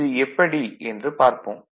இது எப்படி என்று பார்ப்போம்